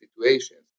situations